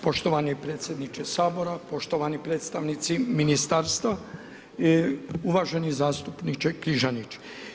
Poštovani predsjedniče Sabora, poštovani predstavnici ministarstva, uvaženi zastupniče Križanić.